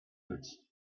pits